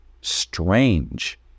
strange